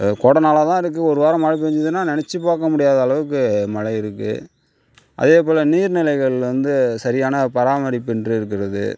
கோடை நாளாகதான் இருக்கு ஒரு வாரம் மழை பேய்ஞ்சிதுன்னா நெனைச்சி பார்க்க முடியாத அளவுக்கு மழை இருக்கு அதே போல் நீர் நிலைகள் வந்து சரியான பராமரிப்பு இன்றி இருக்கிறது